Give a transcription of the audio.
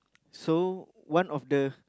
so one of the